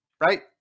right